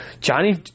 Johnny